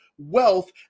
wealth